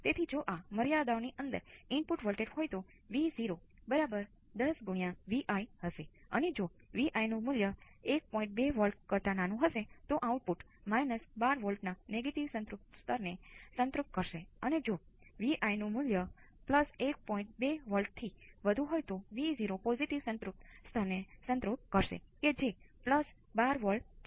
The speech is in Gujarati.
તેથી ઇન્ફિનિટી માં હજી અન્ય કોઈ ફેરફાર નથી